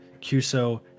Cuso